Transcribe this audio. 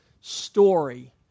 story